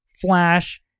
Flash